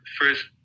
first